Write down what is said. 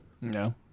no